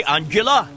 Angela